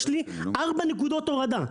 יש לי ארבע נקודות הורדה,